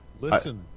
Listen